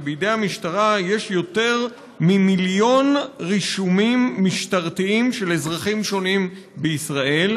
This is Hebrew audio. שבידי המשטרה יש יותר ממיליון רישומים משטרתיים של אזרחים שונים בישראל.